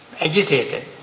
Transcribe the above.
agitated